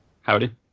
Howdy